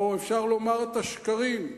או אפשר לומר את השקרים,